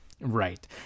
right